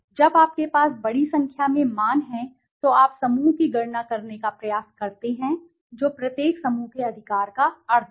जब आपके पास बड़ी संख्या में मान हैं तो आप समूह की गणना करने का प्रयास करते हैं जो प्रत्येक समूह के अधिकार का अर्थ है